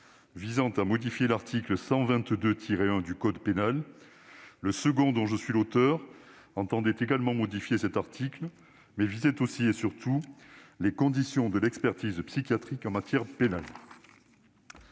visait à modifier l'article 122-1 du code pénal ; le second, dont je suis l'auteur, prévoyait également de modifier cet article, mais visait aussi, et surtout, les conditions de l'expertise psychiatrique en matière pénale.